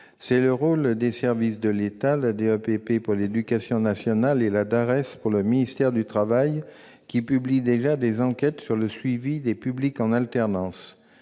c'est le rôle des services de l'État- la DEPP, pour l'éducation nationale, et la DARES, pour le ministère du travail -, qui publient déjà des enquêtes sur le suivi des publics en alternance.